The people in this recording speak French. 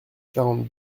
quarante